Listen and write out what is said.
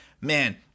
man